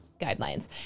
guidelines